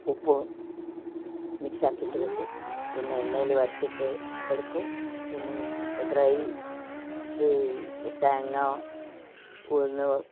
ഉപ്പ് മിക്സാക്കിയിട്ട് വെക്കും പിന്നെ എണ്ണയിൽ വറുത്തിട്ട് എടുക്കും പിന്നെ ഡ്രൈ തേങ്ങ ഉഴുന്ന്